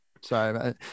Sorry